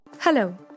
Hello